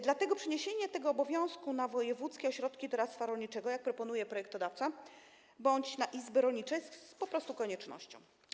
Dlatego przeniesie tego obowiązku na wojewódzkie ośrodki doradztwa rolniczego, jak proponuje projektodawca, bądź na izby rolnicze jest po prostu koniecznością.